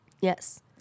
Yes